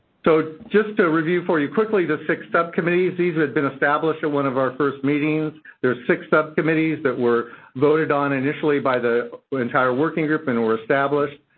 so, just to review for you quickly, the six subcommittees-these had been established at one of our first meetings. there are six subcommittees that were voted on initially by the entire working group and were established.